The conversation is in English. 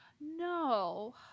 No